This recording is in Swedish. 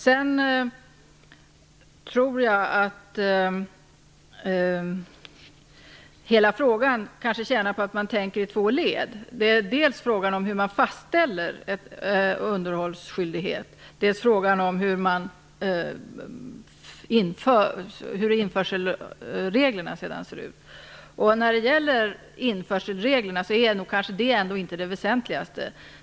Jag tror att frågan tjänar på att man tänker i två led, dels hur en underhållsskyldighet skall fastställas, dels hur införselreglerna skall se ut. Hur införselreglerna ser ut är kanske inte det väsentligaste.